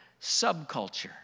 subculture